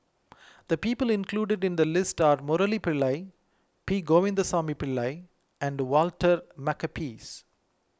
the people included in the list are Murali Pillai P Govindasamy Pillai and Walter Makepeace